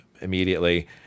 immediately